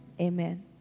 amen